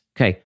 Okay